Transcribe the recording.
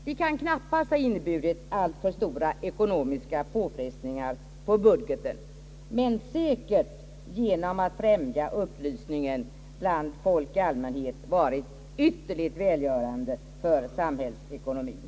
Det skulle knappast ha inneburit alltför stora ekonomiska påfrestningar på budgeten men säkert, genom att främja upplysningen bland folk i allmänhet, varit synner ligen välgörande för samhällsekonomien.